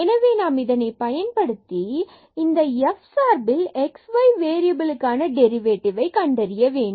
எனவே நாம் இதனை பயன்படுத்தி இந்த f சார்பில் x மற்றும் y வேறியபில்க்கான டெரிவேட்டிவ்வை கண்டறிய வேண்டும்